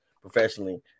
professionally